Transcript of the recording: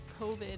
COVID